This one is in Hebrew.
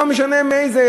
לא משנה מאיזה,